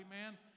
Amen